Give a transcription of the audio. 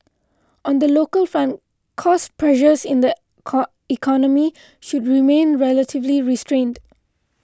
on the local front cost pressures in the economy should remain relatively restrained